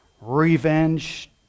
Revenge